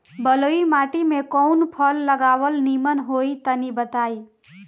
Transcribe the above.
बलुई माटी में कउन फल लगावल निमन होई तनि बताई?